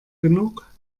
genug